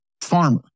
farmer